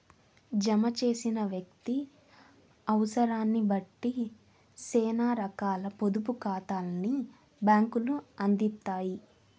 జమ చేసిన వ్యక్తి అవుసరాన్నిబట్టి సేనా రకాల పొదుపు కాతాల్ని బ్యాంకులు అందిత్తాయి